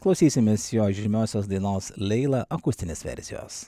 klausysimės jo žymiosios dainos leila akustinės versijos